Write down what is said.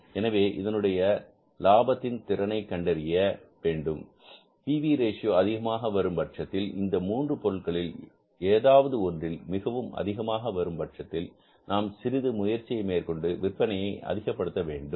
எனவே இதனுடைய லாபத்தின் திறனை கண்டறிய வேண்டும் பி வி ரேஷியோ அதிகமாக வரும் பட்சத்தில் இந்த மூன்று பொருட்களில் ஏதாவது ஒன்றில் மிகவும் அதிகமாக வரும் பட்சத்தில் நாம் சிறுது முயற்சியை மேற்கொண்டு விற்பனையை அதிகப்படுத்த வேண்டும்